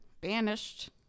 banished